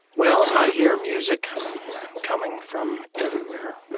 well, i hear music coming from everywhere,